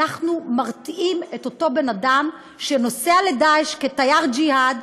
אנחנו מרתיעים את אותו בן אדם שנוסע ל"דאעש" כתייר ג'יהאד,